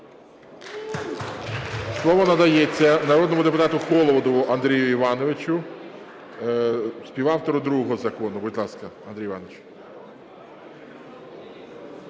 Слово надається народному депутату Холодову Андрію Івановичу, співавтору другого закону. Будь ласка, Андрій Іванович.